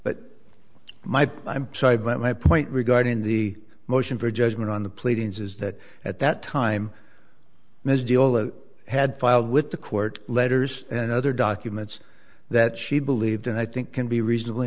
but my i'm sorry but my point regarding the motion for judgment on the pleadings is that at that time ms deal had filed with the court letters and other documents that she believed and i think can be reasonably